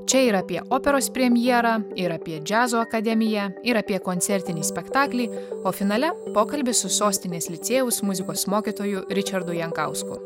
čia ir apie operos premjerą ir apie džiazo akademiją ir apie koncertinį spektaklį o finale pokalbis su sostinės licėjaus muzikos mokytoju ričardu jankausku